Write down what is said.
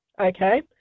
Okay